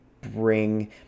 bring